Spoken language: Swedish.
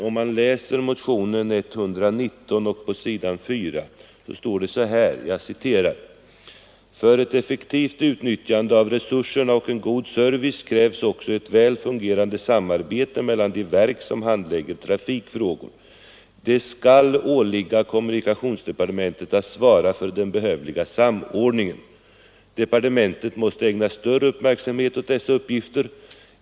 Om man läser motionen 119 finner man att det på s. 4 står följande: ”För ett effektivt utnyttjande av resurserna och en god service krävs också ett väl fungerande samarbete mellan de verk som handlägger trafikfrågor. Det skall åligga kommunikationsdepartementet att svara för den behövliga samordningen. Departementet måste ägna större uppmärksamhet åt dessa uppgifter.